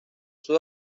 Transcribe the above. sus